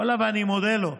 וואללה, ואני מודה לו.